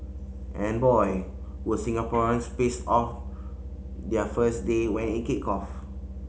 and boy were Singaporeans pissed on their first day when it kicked off